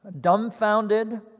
dumbfounded